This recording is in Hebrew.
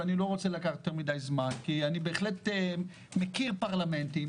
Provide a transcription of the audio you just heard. ואני לא רוצה לקחת הרבה זמן אני בהחלט מכיר פרלמנטים.